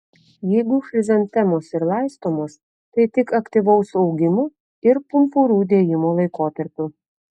jeigu chrizantemos ir laistomos tai tik aktyvaus augimo ir pumpurų dėjimo laikotarpiu